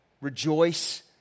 rejoice